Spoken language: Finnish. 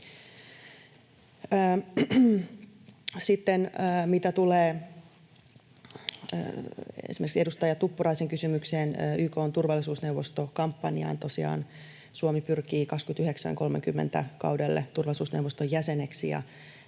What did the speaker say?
Sitten, mitä tulee esimerkiksi edustaja Tuppuraisen kysymykseen YK:n turvallisuusneuvostokampanjasta: Tosiaan Suomi pyrkii 29—30-kaudelle turvallisuusneuvoston jäseneksi,